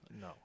No